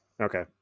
Okay